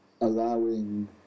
allowing